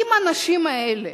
האם האנשים האלה